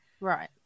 Right